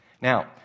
Now